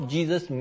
Jesus